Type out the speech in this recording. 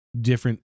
different